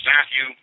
Matthew